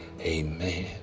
Amen